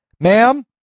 ma'am